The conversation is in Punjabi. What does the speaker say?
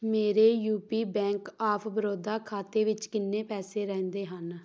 ਮੇਰੇ U P bank of Baroda ਖਾਤੇ ਵਿੱਚ ਕਿੰਨੇ ਪੈਸੇ ਰਹਿੰਦੇ ਹਨ